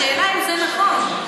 השאלה אם זה נכון.